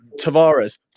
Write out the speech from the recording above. Tavares